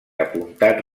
apuntat